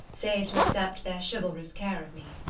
save to accept their chivalrous care of me.